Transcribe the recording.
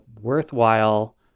worthwhile